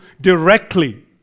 directly